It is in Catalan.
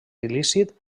il·lícit